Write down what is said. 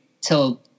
till